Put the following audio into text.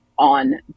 on